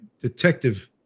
detective